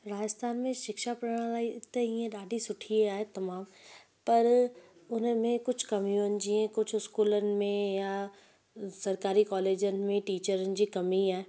राजस्थान में शिक्षा प्रणाली त ईंअ ॾाढी सुठी आहे तमामु पर उन में कुझु कमियूं आहिनि जीअं कुझु स्कूलनि में या सरकारी कॉलेजनि में टीचरुनि जी कमी आहे